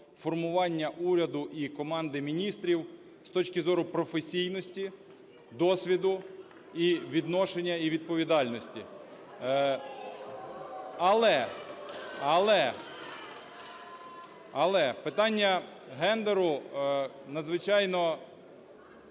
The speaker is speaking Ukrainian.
формування уряду і команди міністрів з точки зору професійності, досвіду і відношення, і відповідальності. Але... ( Шум у залі) але питання гендеру надзвичайно